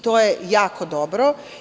To je jako dobro.